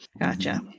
Gotcha